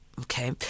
okay